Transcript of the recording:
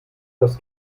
das